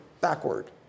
backward